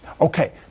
Okay